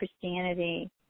Christianity